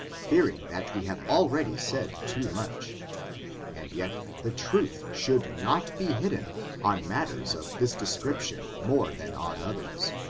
fearing that we have already said too much and yet the truth should not be hidden on matters of this description more than on others,